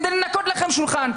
כדי לנקות לכם שולחן.